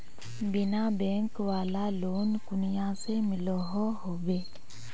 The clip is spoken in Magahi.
बिना बैंक वाला लोन कुनियाँ से मिलोहो होबे?